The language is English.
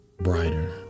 brighter